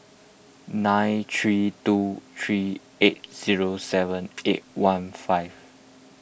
nine three two three eight zero seven eight one five